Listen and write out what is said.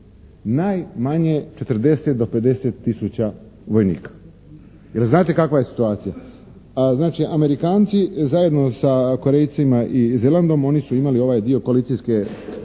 najmanje 40 do 50 tisuća vojnika. Jer znate kakva je situacija. Znači, Amerikanci zajedno sa Korejcima i Zelandom oni su imali ovaj dio koalicijske